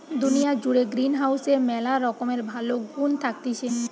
দুনিয়া জুড়ে গ্রিনহাউসের ম্যালা রকমের ভালো গুন্ থাকতিছে